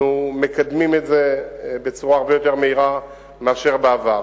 אנחנו מקדמים את זה בצורה הרבה יותר מהירה מאשר בעבר,